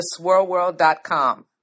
theswirlworld.com